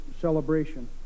celebration